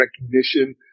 recognition